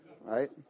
right